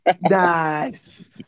Nice